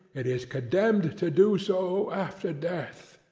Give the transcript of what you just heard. it is condemned to do so after death.